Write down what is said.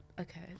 Okay